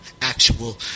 actual